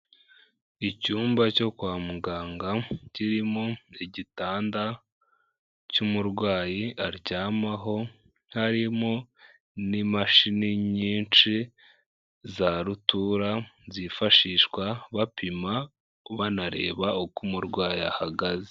Icyumba cyo kwa muganga, kirimo igitanda cy'umurwayi aryamaho, harimo n'imashini nyinshi za rutura, zifashishwa bapima banareba uko umurwayi ahagaze.